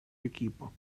equipo